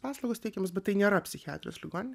paslaugos teikiamos bet tai nėra psichiatrijos ligoninė